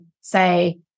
say